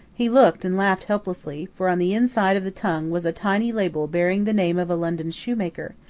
he looked and laughed helplessly for on the inside of the tongue was a tiny label bearing the name of a london shoemaker,